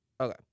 Okay